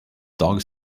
dog